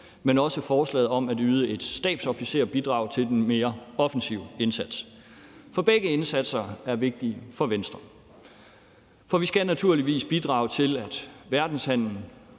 men også forslaget om at yde et stabsofficerbidrag til den mere offensive indsats. For begge indsatser er vigtige for Venstre. Vi skal naturligvis, særlig når vi er en af